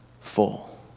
full